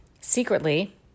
secretly